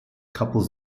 couples